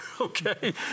Okay